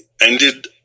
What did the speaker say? ended